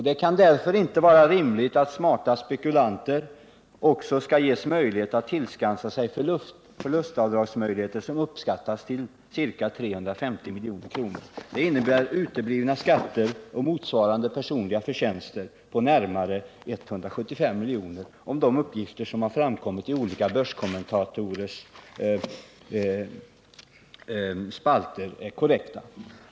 Det kan därför inte vara rimligt att smarta spekulanter också skall ges möjligheter att tillskansa sig förlustavdragsmöjligheter som uppskattas till ca 350 milj.kr. Det innebär uteblivna skatter och motsvarande personliga förtjänster på nära 175 milj.kr. om de uppgifter som framkommit i olika börskommentatorers spalter är korrekta.